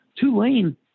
Tulane